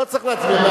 לא צריך להצביע,